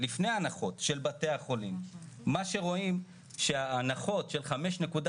בתי חולים קטנים נמצאים באזור של פריפריה